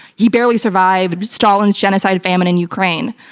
he barely survived stalin's genocide famine in ukraine,